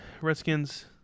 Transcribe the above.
Redskins